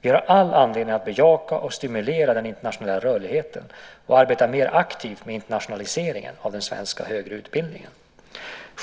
Vi har all anledning att bejaka och stimulera den internationella rörligheten och arbeta mer aktivt med internationaliseringen av den svenska högre utbildningen.